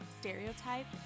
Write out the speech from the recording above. stereotype